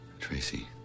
Tracy